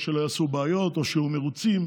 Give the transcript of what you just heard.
או שלא יעשו בעיות או שיהיו מרוצים.